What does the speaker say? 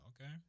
Okay